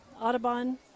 Audubon